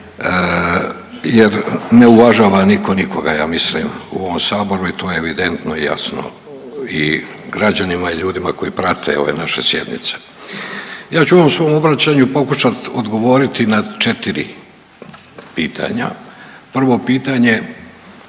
jer ne uvažava niko nikoga ja mislim u ovom saboru i to je evidentno i jasno i građanima i ljudima koji prate ove naše sjednice. Ja ću u ovom svom obraćanju pokušati odgovoriti na četiri pitanja. Prvo pitanje,